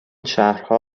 شهرها